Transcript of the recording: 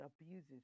abuses